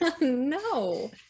no